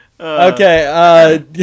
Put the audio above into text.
Okay